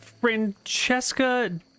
Francesca